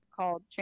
Called